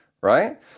right